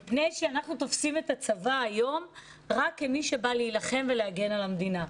אנחנו תופסים את הצבא היום רק כמי שבא להילחם ולהגן על המדינה.